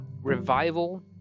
revival